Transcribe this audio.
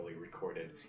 recorded